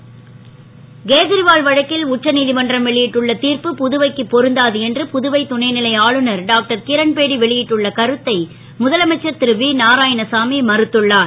நாராயணசாமி கேஜரிவால் வழக்கில் உச்சநீ மன்றம் வெளி ட்டுள்ள திர்ப்பு புதுவைக்கு பொருந்தாது என்று புதுவை துணை வை ஆளுநர் டாக்டர் கிரண்பேடி வெளி ட்டுள்ள கருத்தை முதலமைச்சர் ரு வி நாராயணசாமி மறுத்துள்ளார்